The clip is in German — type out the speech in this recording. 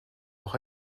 auch